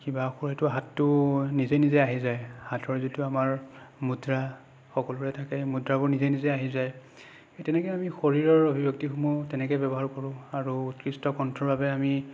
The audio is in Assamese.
কিবা আকৌ এইটো হাতটো নিজে নিজে আহি যায় হাতৰ যিটো আমাৰ মুদ্ৰা সকলোৰে থাকে মুদ্ৰাবোৰ নিজে নিজে আহি যায় সেই তেনেকে আমি শৰীৰৰ অভিব্য়ক্তিসমূহ তেনেকে ব্যৱহাৰ কৰোঁ আৰু উৎকৃষ্ট কণ্ঠৰ বাবে আমি